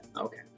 Okay